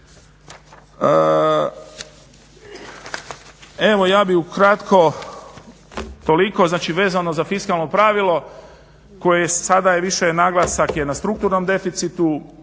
Evo ja bih ukratko toliko, znači vezano za fiskalno pravilo koje sada više je naglasak na strukturnom deficitu,